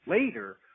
later